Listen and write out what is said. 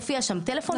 מופיע שם טלפון,